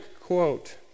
quote